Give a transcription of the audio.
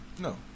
No